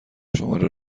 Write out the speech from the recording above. شماره